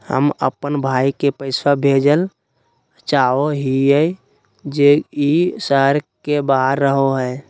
हम अप्पन भाई के पैसवा भेजल चाहो हिअइ जे ई शहर के बाहर रहो है